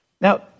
Now